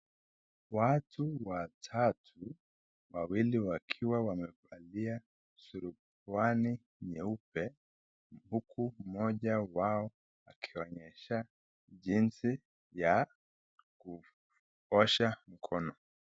Watu watatu. Wawili wakiwa wamevalia suruali nyeupe huku mmoja wao akionyesha jinsi ya kuosha mkono.